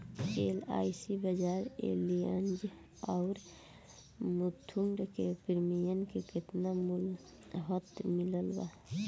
LIC Bajaj Allianz आउर मुथूट के premium के केतना मुहलत मिलल बा?